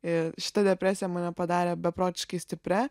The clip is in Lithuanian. ė šita depresija mane padarė beprotiškai stipria